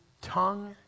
tongue